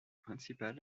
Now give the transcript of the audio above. principal